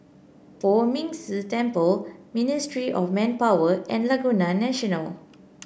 Poh Ming Tse Temple Ministry of Manpower and Laguna National